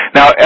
Now